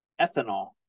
ethanol